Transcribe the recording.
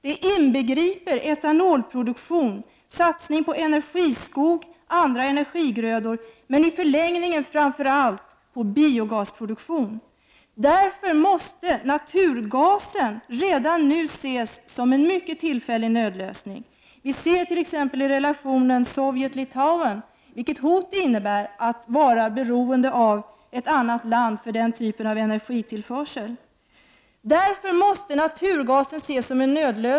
Det inbegriper etanolproduktion, satsning på energiskog och andra energigrödor och i förlängningen framför allt satsning på biogasproduktion. Naturgasen måste därför redan nu betraktas som en mycket tillfällig nödlösning. Vi ser t.ex. i relationen mellan Sovjet och Litauen vilket hot det innebär att vara beroende av ett annat land för den typen av energitillförsel.